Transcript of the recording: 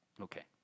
Okay